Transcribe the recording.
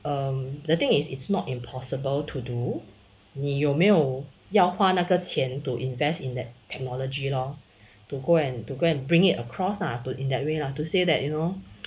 um the thing is it's not impossible to do 你有没有要花那个钱 to invest in that technology lor to go and to go and bring it across lah to in that way lah to say that you know